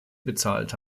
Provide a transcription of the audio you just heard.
bezahlt